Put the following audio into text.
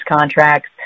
contracts